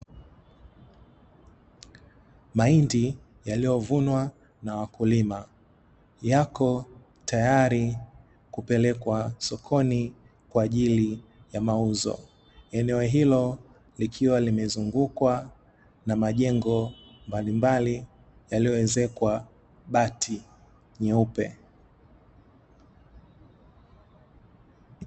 Mahindi yaliyovunwa na wakulima yako tayari kupelekwa sokoni kwa ajili ya mauzo, eneo hilo likiwa limezungukwa na majengo mbalimbali yaliyoezekwa bati nyeupe.